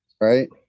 right